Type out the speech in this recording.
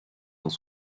dans